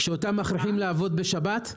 שאותם מכריחים לעבוד בשבת?